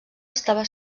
estava